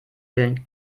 willen